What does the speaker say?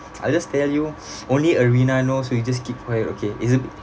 I just tell you only arina knows we just keep quiet okay it's a bit